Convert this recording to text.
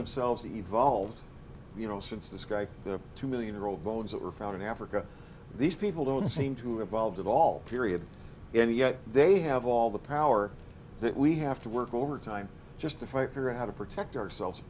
themselves evolved you know since this guy the two million year old bones that were found in africa these people don't seem to evolved of all period and yet they have all the power that we have to work overtime just to fight for and how to protect ourselves